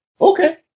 Okay